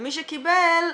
ומי שקיבל,